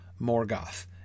Morgoth